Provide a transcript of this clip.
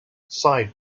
side